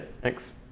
Thanks